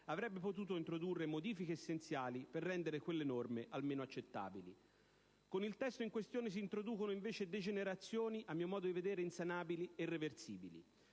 sarebbero potute introdurre modifiche essenziali per rendere quelle norme almeno accettabili. Con il testo in questione si introducono invece degenerazioni a mio modo di vedere insanabili e irreversibili,